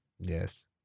Yes